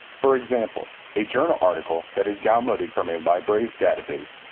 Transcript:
for example, a journal article that is downloaded from a library's database,